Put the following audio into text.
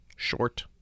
Short